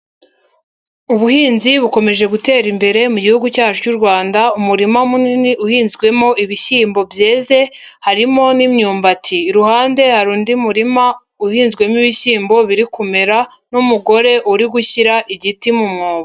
Ubuhinzi bukomeje gutera imbere mu gihugu cyacu cy'u Rwanda, umurima munini uhinzwemo ibishyimbo byeze, harimo n'imyumbati. Iruhande hari undi murima uhinzwemo ibishyimbo biri kumera n'umugore uri gushyira igiti mu mwobo.